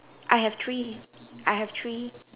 I have three I have three